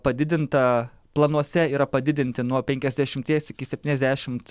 padidinta planuose yra padidinti nuo penkiasdešimties iki septyniasdešimt